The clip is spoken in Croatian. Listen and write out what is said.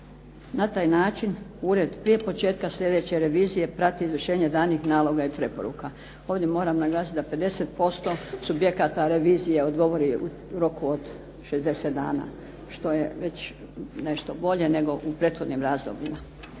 Na taj način ured prije početka sljedeće revizije prati izvršenje danih naloga i preporuka. Ovdje moram naglasiti da 50% subjekata revizije odgovori u roku od 60 dana, što je već nešto bolje nego u prethodim razdobljima.